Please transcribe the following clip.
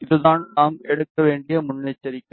இதுதான் நாம் எடுக்க வேண்டிய முன்னெச்சரிக்கை